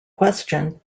question